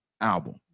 album